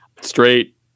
straight